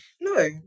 No